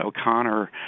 O'Connor